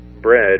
bread